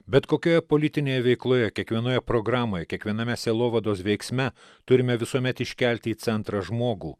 bet kokioje politinėje veikloje kiekvienoje programoje kiekviename sielovados veiksme turime visuomet iškelti į centrą žmogų